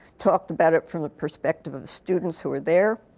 talked about it from the perspective of the students who were there.